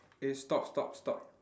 eh stop stop stop